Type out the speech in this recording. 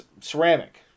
ceramic